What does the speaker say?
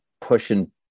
pushing